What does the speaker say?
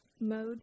mode